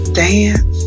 dance